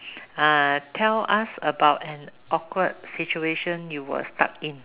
uh tell us about an awkward situation you were stuck in